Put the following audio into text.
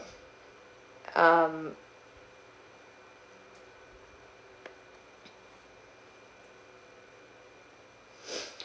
um